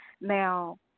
Now